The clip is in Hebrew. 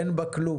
אין בה כלום.